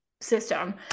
system